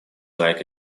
like